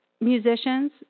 musicians